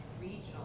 regional